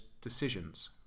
decisions